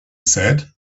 said